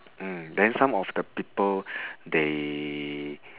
mm then some of the people they